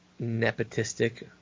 nepotistic